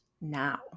now